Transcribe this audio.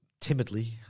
timidly